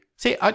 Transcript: See